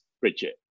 bridget